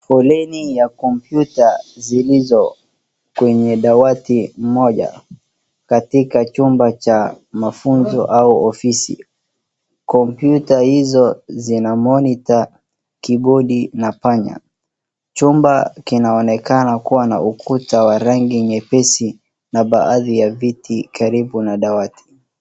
Foleni ya kompyuta zilizo kwenye dawati moja katika chumba cha mafunzo au ofisi. Kompyuta hizo zina monitor, keyboad na panya. Chumba kinaonekana kuwa na ukuta wa rangi nyepesi na baadhi ya viti karibu na dawati.